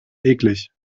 eklig